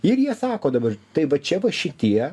ir jie sako dabar tai va čia va šitie